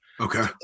Okay